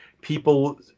People